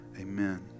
Amen